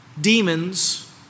demons